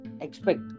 expect